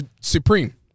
Supreme